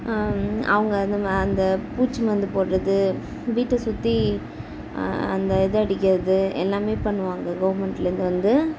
அவங்க அந்த ம அந்த பூச்சி மருந்து போடுறது வீட்டை சுற்றி அந்த இது அடிக்கிறது எல்லாமே பண்ணுவாங்க கவர்மெண்ட்லேர்ந்து வந்து